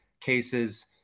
cases